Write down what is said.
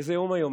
איזה יום היום?